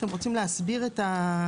אתם רוצים להסביר את הרקע?